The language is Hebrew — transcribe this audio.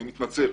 אני מתנצל.